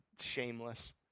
Shameless